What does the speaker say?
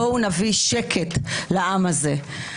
בואו נביא שקט לעם הזה.